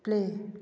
play